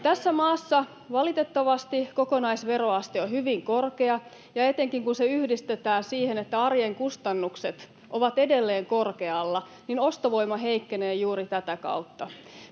Tässä maassa valitettavasti kokonaisveroaste on hyvin korkea, ja etenkin kun se yhdistetään siihen, että arjen kustannukset ovat edelleen korkealla, niin ostovoima heikkenee juuri tätä kautta.